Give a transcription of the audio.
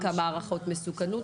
כמה מפוקחים?